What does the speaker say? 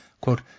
quote